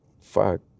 fuck